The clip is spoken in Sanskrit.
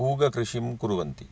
पूगकृषिं कुर्वन्ति